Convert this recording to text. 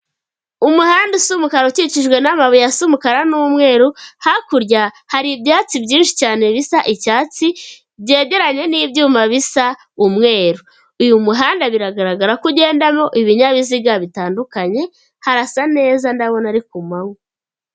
Umuhanda usa umukara ukikijwe n'amabuye asa umukara n'umweru, hakurya hari ibyatsi byinshi cyane bisa icyatsi, byegeranye n'ibyuma bisa umweru. Uyu muhanda biragaragara ko ugendamo ibinyabiziga bitandukanye, harasa neza, ndabona ari ku manywa.